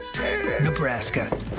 Nebraska